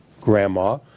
grandma